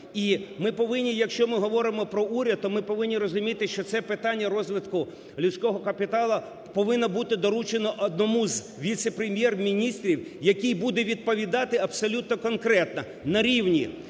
якщо ми говоримо про уряд, то ми повинні розуміти, що це питання розвитку людського капіталу повинно бути доручено одному з віце-прем'єр-міністрів, який буде відповідати абсолютно конкретно на рівні: